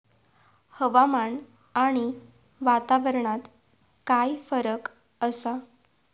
हवामान आणि वातावरणात काय फरक असा?